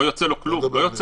לא יצא לו כלום מזה.